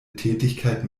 tätigkeit